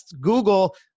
Google